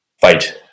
fight